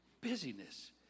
busyness